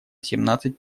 семнадцать